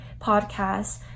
podcasts